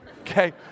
Okay